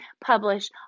publish